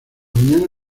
mañana